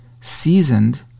seasoned